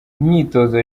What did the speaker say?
imyitozo